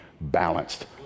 balanced